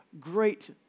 great